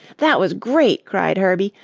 that was great! cried herbie.